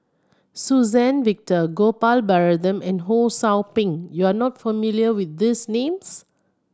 Suzann Victor Gopal Baratham and Ho Sou Ping you are not familiar with these names